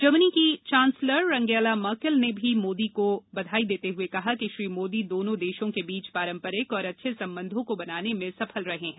Germany के chancellor Angela Merkel ने भी मोदी को बधाई देते हुए कहा कि मोदी दोनों देशों के बीच पारंपरिक और अच्छे संबंधों को बनाने में सफल रहे हैं